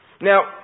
Now